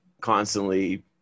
constantly